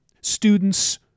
Students